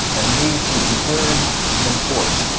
and these would be third and fourth.